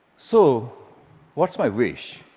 so what's my wish?